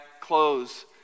clothes